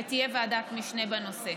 ותהיה ועדת משנה בנושא.